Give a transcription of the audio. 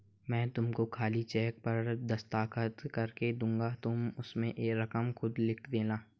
मैं तुमको खाली चेक पर दस्तखत करके दूँगी तुम उसमें रकम खुद लिख लेना